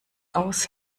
aus